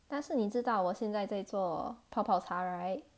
但是你知道我现在在做泡泡茶 right